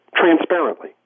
transparently